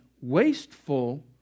wasteful